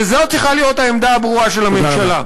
וזאת צריכה להיות העמדה הברורה של הממשלה.